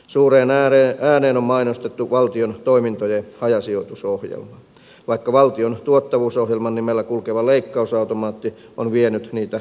suureen ääneen on mainostettu valtion toimintojen hajasijoitusohjelmaa vaikka valtion tuottavuusohjelman nimellä kulkeva leikkausautomaatti on vienyt niitä moninkertaisen määrän